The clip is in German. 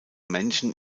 männchen